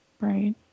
Right